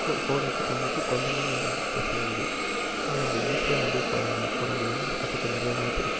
அதுக்கும் போடோக்கும் தமிழ்க்கும் கொஞ்சமானா வித் வித்தியாசம் தான் இருக்குது அதனால நம்ப ஈஸியாக வந்து ஃப போடோ மொழியை நம்ப கற்றுக்க நிறைய வாய்ப்பு இருக்கு